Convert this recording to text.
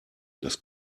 das